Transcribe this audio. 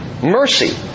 Mercy